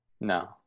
No